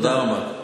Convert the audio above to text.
תודה רבה.